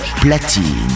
platine